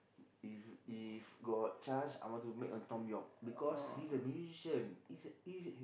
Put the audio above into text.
if if got chance I want to meet uh Thom-Yorke because he's a musician he's he's